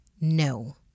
No